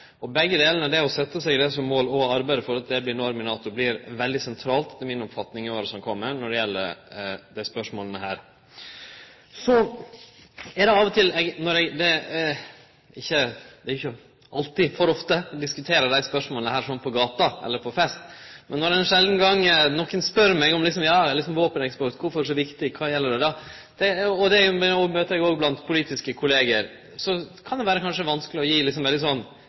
Begge delar, å setje seg det som mål og å arbeide for at det blir ein norm i NATO, blir etter mi oppfatning veldig sentrale i åra som kjem. Det er ikkje altfor ofte vi diskuterer desse spørsmåla på gata eller på fest. Men når ein sjeldan gong nokon spør meg om kvifor våpeneksport er så viktig – det spørsmålet møter eg òg blant politiske kolleger – kan det vere vanskeleg å gi